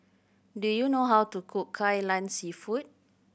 do you know how to cook Kai Lan Seafood